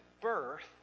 birth